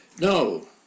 No